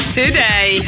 today